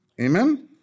Amen